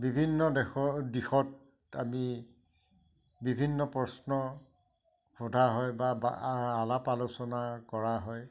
বিভিন্ন দেশৰ দিশত আমি বিভিন্ন প্ৰশ্ন সোধা হয় বা আলাপ আলোচনা কৰা হয়